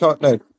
no